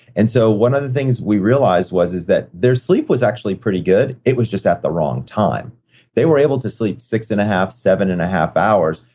and so one of the things we realized was, is that their sleep was actually pretty good, it was just at the wrong time they were able to sleep six and a half, seven and a half hours,